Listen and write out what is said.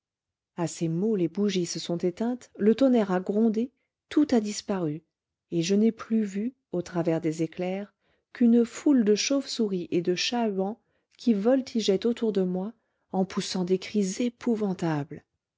à ces mots les bougies se sont éteintes le tonnerre a grondé tout a disparu et je n'ai plus vu au travers des éclairs qu'une foule de chauve-souris et de chats huans qui voltigeoient autour de moi en poussant des cris épouvantables